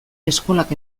eskolak